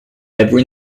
every